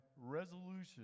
resolution